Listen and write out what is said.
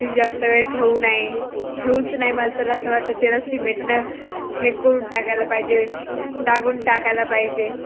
ते जास्त वेळ ठेवू नये ठेवूच नये मला तर असं वाटतं त्याला सिमेंटनं हे करून टाकायला पाहिजे दाबून टाकायला पाहिजे